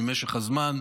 ממשך הזמן.